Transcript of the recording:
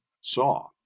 saw